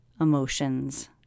emotions